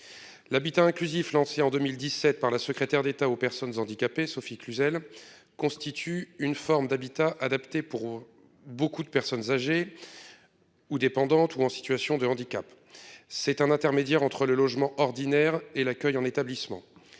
L'habitat inclusif, lancée en 2017 par la secrétaire d'État aux personnes handicapées, Sophie Cluzel constitue une forme d'habitat adapté pour beaucoup de personnes âgées. Ou dépendantes ou en situation de handicap. C'est un intermédiaire entre le logement ordinaire et l'accueil en établissement.